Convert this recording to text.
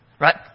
right